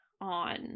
on